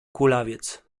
kulawiec